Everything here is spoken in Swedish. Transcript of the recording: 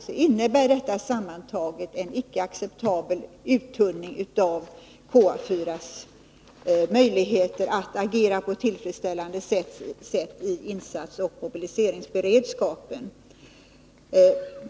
Detta innebär sammantaget en icke acceptabel uttunning av KA 4:s möjligheter att agera på ett tillfredsställande sätt när det gäller insatsoch mobiliseringsberedskapen.